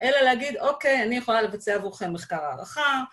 אלא להגיד אוקיי, אני יכולה לבצע עבורכם מחקר הערכה.